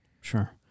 Sure